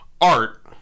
art